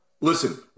listen